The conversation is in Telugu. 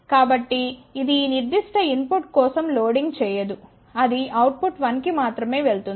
కాబట్టి ఇది ఈ నిర్దిష్ట ఇన్ పుట్ కోసం లోడింగ్ చేయదు అది అవుట్ పుట్ 1 కి మాత్రమే వెళ్తుంది